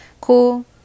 Cool